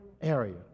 area